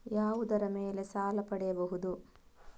ಯಾವುದರ ಮೇಲೆ ಸಾಲ ಪಡೆಯಬಹುದು?